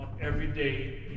everyday